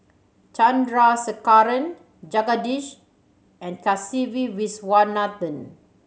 Chandrasekaran Jagadish and Kasiviswanathan